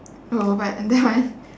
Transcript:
oh but that one